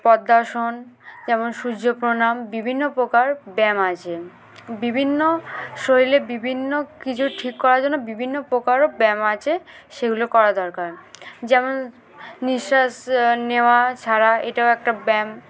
পদ্মাসন যেমন সূর্য প্র্রণাম বিভিন্ন প্রকার ব্যায়াম আছে বিভিন্ন শরীরে বিভিন্ন কিছু ঠিক করার জন্য বিভিন্ন প্রকারও ব্যায়াম আছে সেগুলো করা দরকার যেমন নিঃশ্বাস নেওয়া ছাড়া এটাও একটা ব্যায়াম